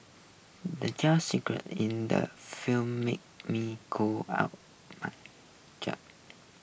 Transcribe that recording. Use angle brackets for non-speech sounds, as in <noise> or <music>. the jump scare in the film made me cough out <unintelligible> <noise>